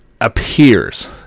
appears